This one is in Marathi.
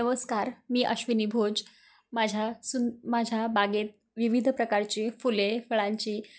नमस्कार मी अश्विनी भोज माझ्या सु माझ्या बागेत विविध प्रकारची फुले फळांची